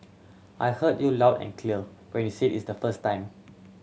I heard you loud and clear when you said it's the first time